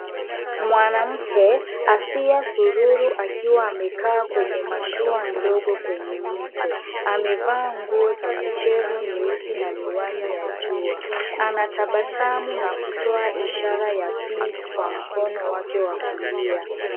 Mwanamke Asiya Sururu akiwa amekaa kwenye mashua ndogo kwenye mto. Amevaa nguo ya michezo nyeusi na miwani ya jua. Anatabasamu na kutoa ishara ya peace kwa mkono wake wa kulia.